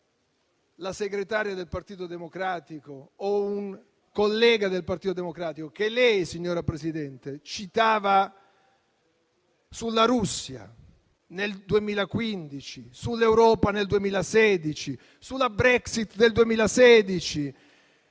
la segretaria o un collega del Partito Democratico, ma che lei, signora Presidente, citava sulla Russia nel 2015, sull'Europa nel 2016 e sulla Brexit del 2016,